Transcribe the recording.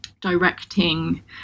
directing